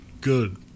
Good